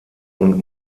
und